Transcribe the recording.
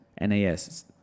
NAS